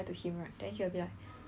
like 假装没有听到将